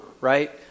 right